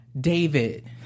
David